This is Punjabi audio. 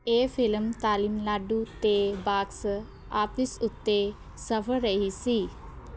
ਇਹ ਫਿਲਮ ਤਾਮਿਲਨਾਡੂ ਅਤੇ ਬਾਕਸ ਆਫਿਸ ਉੱਤੇ ਸਫਲ ਰਹੀ ਸੀ